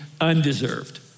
undeserved